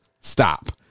stop